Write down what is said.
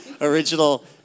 original